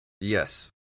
Yes